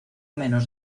menos